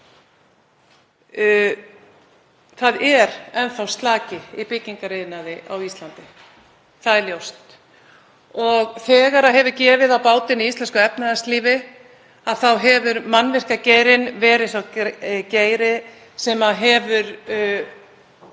Það er enn slaki í byggingariðnaði á Íslandi, það er ljóst. Og þegar gefið hefur á bátinn í íslensku efnahagslífi hefur mannvirkjageirinn verið sá geiri sem hefur